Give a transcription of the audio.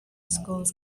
schools